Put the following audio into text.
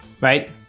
right